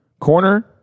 corner